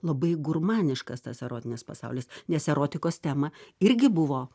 labai gurmaniškas tas erotinis pasaulis nes erotikos tema irgi buvo